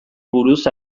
buruz